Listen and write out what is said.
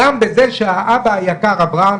גם בזה שהאבא היקר אברהם